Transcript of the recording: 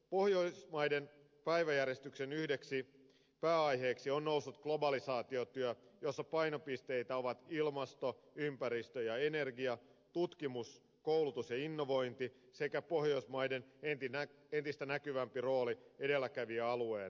pohjoismaiden päiväjärjestyksen yhdeksi pääaiheeksi on noussut globalisaatiotyö jossa painopisteitä ovat ilmasto ympäristö ja energia tutkimus koulutus ja innovointi sekä pohjoismaiden entistä näkyvämpi rooli edelläkävijäalueena